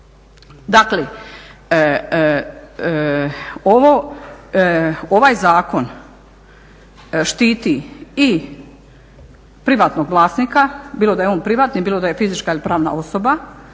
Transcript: Dakle, ovaj zakon štiti i privatnog vlasnika, bilo da je on privatnik bilo da je fizička ili pravna osoba